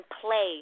play